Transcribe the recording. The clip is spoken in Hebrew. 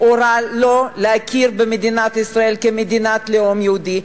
הורה לו להכיר במדינת ישראל כמדינת הלאום היהודי,